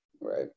Right